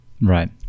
Right